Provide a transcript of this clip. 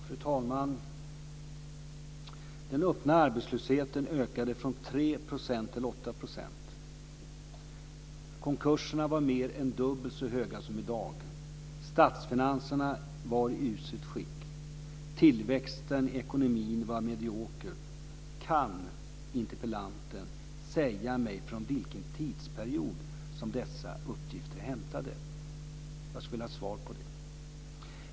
Fru talman! Den öppna arbetslösheten ökade från 3 % till 8 %. Antalet konkurser var mer än dubbelt så högt som i dag. Statsfinanserna var i uselt skick. Tillväxten i ekonomin var medioker. Kan interpellanten säga mig från vilken tidsperiod som dessa uppgifter är hämtade ifrån? Jag skulle vilja ha ett svar på det.